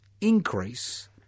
increase